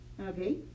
okay